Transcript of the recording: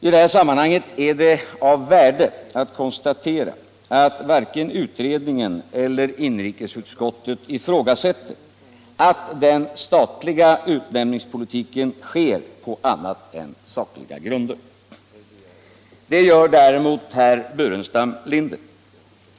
I detta sammanhang är det av värde att konstatera att varken utredningen eller inrikesutskottet ifrågasätter att den statliga utnämningspolitiken sker på annat än sakliga grunder. Det gör däremot herr Burenstam Linder.